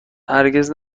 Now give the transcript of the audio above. هرگز